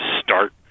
start